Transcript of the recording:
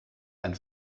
ein